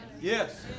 Yes